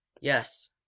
yes